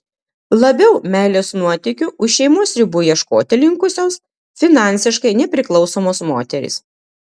labiau meilės nuotykių už šeimos ribų ieškoti linkusios finansiškai nepriklausomos moterys